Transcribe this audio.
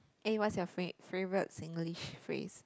eh what's your fa~ favourite Singlish phrase